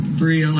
three